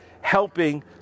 helping